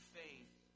faith